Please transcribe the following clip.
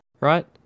right